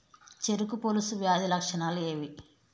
చెరుకు పొలుసు వ్యాధి లక్షణాలు ఏవి?